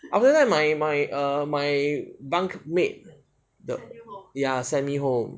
after that my my err my bunkmate ya send me home